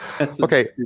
Okay